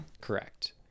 Correct